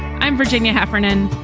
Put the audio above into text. i'm virginia heffernan.